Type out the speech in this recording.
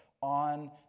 on